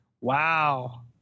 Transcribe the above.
Wow